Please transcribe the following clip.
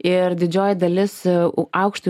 ir didžioji dalis aukštojo